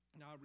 Now